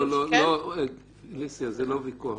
לא לא, אליסה, זה לא ויכוח.